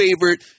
favorite